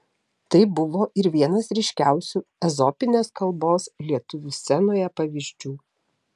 tai buvo ir vienas ryškiausių ezopinės kalbos lietuvių scenoje pavyzdžių